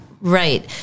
Right